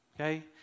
Okay